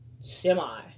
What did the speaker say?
semi